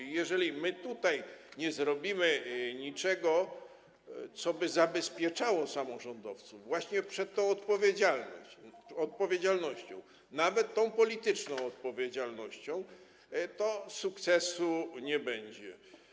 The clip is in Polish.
I jeżeli my tutaj nie zrobimy niczego, co by zabezpieczało samorządowców właśnie przed tą odpowiedzialnością, nawet tą polityczną odpowiedzialnością, to sukcesu nie będzie.